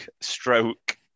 stroke